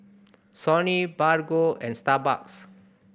Sony Bargo and Starbucks